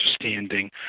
understanding